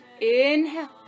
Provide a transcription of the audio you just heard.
inhale